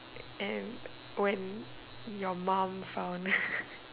and when your mum found